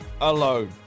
alone